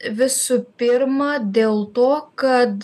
visų pirma dėl to kad